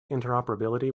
interoperability